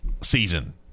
season